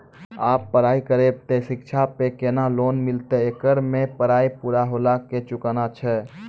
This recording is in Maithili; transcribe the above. आप पराई करेव ते शिक्षा पे केना लोन मिलते येकर मे पराई पुरा होला के चुकाना छै?